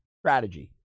strategy